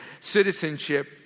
citizenship